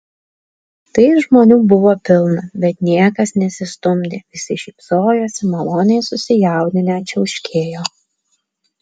tai žmonių buvo pilna bet niekas nesistumdė visi šypsojosi maloniai susijaudinę čiauškėjo